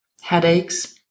headaches